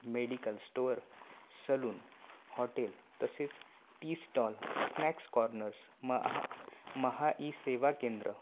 medical store salon hotel तसेच tea stall snacks corners महा महा ई सेवा केंद्र